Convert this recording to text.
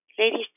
Ladies